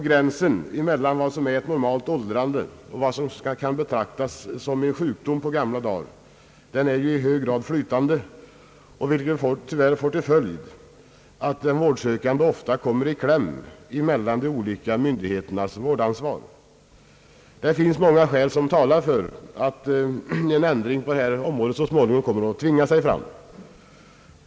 Gränsen mellan vad som är ett normalt åldrande och vad som kan betraktas som en sjukdom på gamla dar är ju i hög grad flytande, vilket tyvärr får till följd att den vårdsökande ofta kommer i kläm mellan de olika myndigheternas vårdansvar. Mycket talar för att en samordning på detta område så småningom tvingar sig fram.